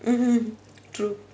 mmhmm true